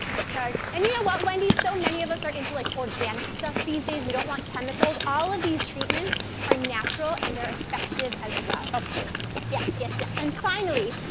and you know what, wendy, so many of us are into like organic stuff these days, we don't want chemicals. all of these treatments are natural and they're effective as well. of course. yes, yes, yes. and finally,